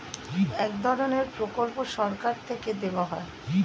এক ধরনের প্রকল্প সরকার থেকে দেওয়া হয়